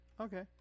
Okay